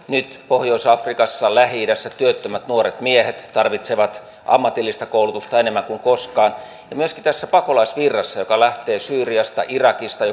nyt pohjois afrikassa lähi idässä työttömät nuoret miehet tarvitsevat ammatillista koulutusta enemmän kuin koskaan ja myöskin tässä pakolaisvirrassa joka lähtee syyriasta irakista